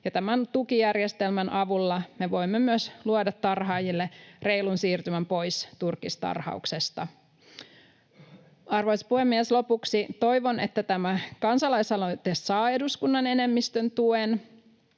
Tämän tukijärjestelmän avulla me voimme myös luoda tarhaajille reilun siirtymän pois turkistarhauksesta. Arvoisa puhemies! Lopuksi toivon, että tämä kansalaisaloite saa eduskunnan enemmistön tuen.